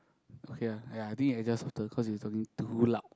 okay ah !aiya! I think I adjust softer cause you talking too loud